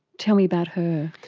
tell me about her.